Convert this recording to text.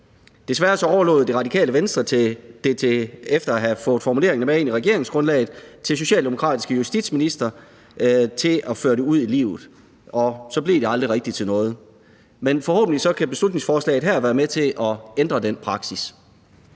Desværre overlod Det Radikale Venstre efter at have fået formuleringerne med ind i regeringsgrundlaget det til socialdemokratiske justitsministre at føre det ud i livet, og så blev det aldrig rigtig til noget. Men forhåbentlig kan beslutningsforslaget her være med til at ændre den praksis.